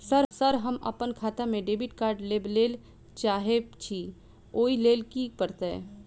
Sir हम अप्पन खाता मे डेबिट कार्ड लेबलेल चाहे छी ओई लेल की परतै?